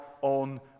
on